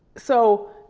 so,